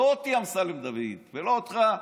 לא אותי, אמסלם דוד, ולא אותך,